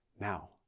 Now